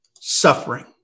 suffering